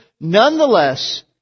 Nonetheless